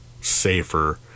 safer